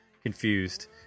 confused